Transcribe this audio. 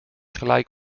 gelijk